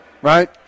Right